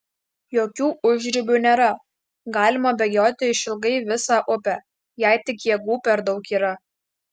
jokių užribių nėra galima bėgioti išilgai visą upę jei tik jėgų per daug yra